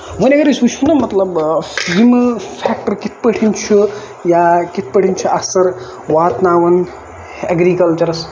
وۄنۍ اَگر أسۍ وٕچھو نہ مطلب یِم فیکٹر کِتھ پٲٹھۍ چھِ یا کِتھ پٲٹھۍ چھِ اَثر واتناوان اٮ۪گرِکَلچَرَس